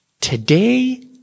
Today